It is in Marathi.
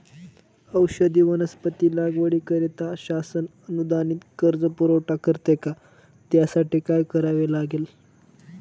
औषधी वनस्पती लागवडीकरिता शासन अनुदानित कर्ज पुरवठा करते का? त्यासाठी काय करावे लागेल?